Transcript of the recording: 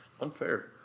Unfair